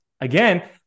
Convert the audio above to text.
again